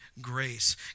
grace